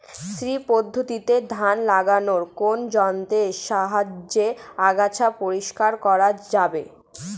শ্রী পদ্ধতিতে ধান লাগালে কোন যন্ত্রের সাহায্যে আগাছা পরিষ্কার করা যাবে?